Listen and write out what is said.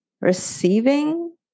receiving